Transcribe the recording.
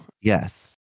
Yes